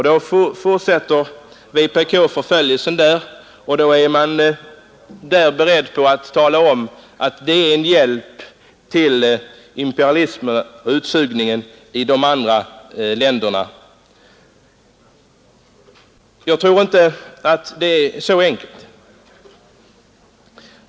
Då fortsätter vpk förföljelsen där och är beredd att tala om att detta är en hjälp till imperialism och utsugning i de andra länderna. Jag tror inte att det är så enkelt.